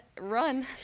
run